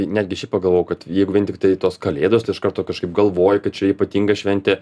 netgi šiaip pagalvojau kad jeigu vien tiktai tos kalėdos tai iš karto kažkaip galvoji kad čia ypatinga šventė